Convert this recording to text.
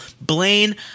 Blaine